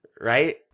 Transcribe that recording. right